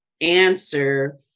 answer